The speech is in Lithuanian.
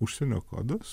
užsienio kodas